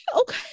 okay